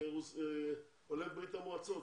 עולי ברית המועצות.